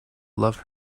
love